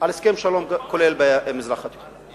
על הסכם שלום כולל במזרח התיכון.